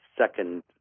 second